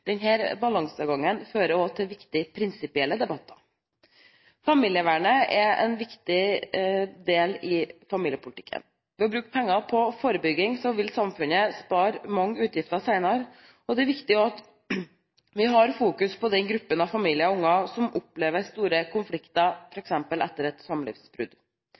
fører også til viktige prinsipielle debatter. Familievernet er en viktig del av familiepolitikken. Ved å bruke penger på forebygging vil samfunnet spare mange utgifter senere. Det er viktig at vi har fokus på den gruppen av familier og unger som opplever store konflikter, f.eks. etter et samlivsbrudd.